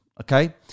okay